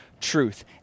truth